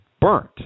burnt